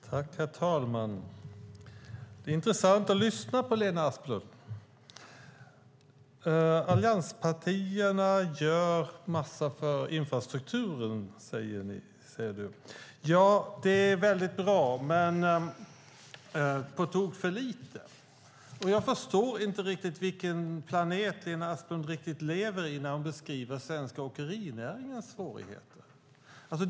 Herr talman! Det är intressant att lyssna på Lena Asplund. Allianspartierna gör en massa för infrastrukturen, säger hon. Ja, det är väldigt bra, men det är på tok för lite. Och jag förstår inte riktigt vilken planet Lena Asplund lever på när hon beskriver svenska åkerinäringars svårigheter.